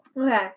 okay